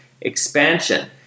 Expansion